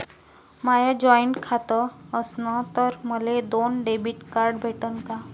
माय joint खातं असन तर मले दोन डेबिट कार्ड भेटन का?